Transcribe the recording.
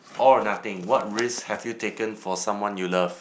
or nothing what risk have you taken for someone you love